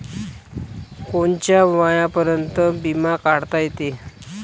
कोनच्या वयापर्यंत बिमा काढता येते?